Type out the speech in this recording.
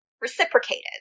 reciprocated